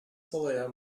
saloje